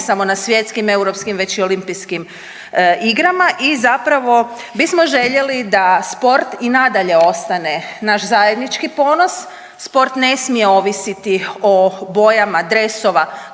ne samo na svjetskim, europskim već i olimpijskim igrama i zapravo bismo željeli da sport i nadalje ostane naš zajednički ponos. Sport ne smije ovisiti o bojama dresova